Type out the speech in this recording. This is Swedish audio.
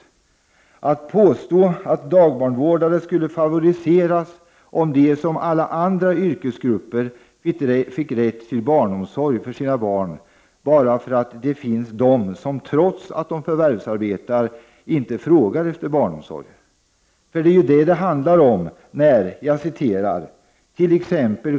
Statsrådet påstår att dagbarnvårdare skulle favoriseras om de som alla andra yrkesgrupper fick rätt till barnomsorg för sina barn, bara därför att det finns de som trots att de förvärvsarbetar inte frågar efter barnomsorg. Det är ju detta han säger när han i svaret skriver att ”t.ex.